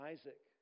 Isaac